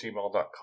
gmail.com